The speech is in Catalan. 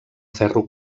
ferro